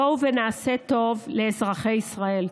בואו ונעשה טוב לאזרחי ישראל.